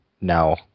now